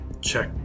check